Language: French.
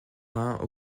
rhin